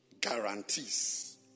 guarantees